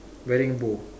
wedding bow